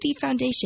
Foundation